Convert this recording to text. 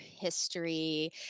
history